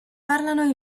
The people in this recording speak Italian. parlano